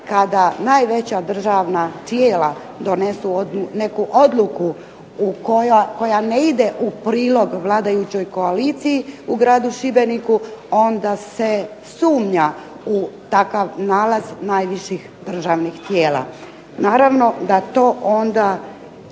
kada najveća državna cijela donesu odluku koja ne ide u prilog vladajućoj koaliciji u gradu Šibeniku onda se sumnja u takav nalaz takvih državnih tijela. Naravno, da to onda